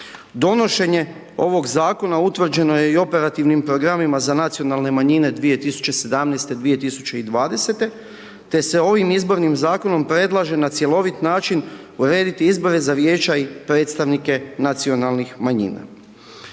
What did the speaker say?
Donošenje ovog zakona utvrđeno je i operativnim programima za nacionalne manjine 2017., 2020., te se ovim izbornim zakonom predlaže na cjelovit način urediti izbore za vijeća i predstavnike nacionalnih manjina.